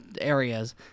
areas